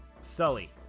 Sully